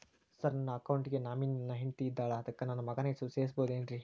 Sir ನನ್ನ account ಗೆ nominee ನನ್ನ ಹೆಂಡ್ತಿ ಇದ್ದಾಳ ಅದಕ್ಕ ನನ್ನ ಮಗನ ಹೆಸರು ಸೇರಸಬಹುದೇನ್ರಿ?